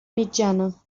mitjana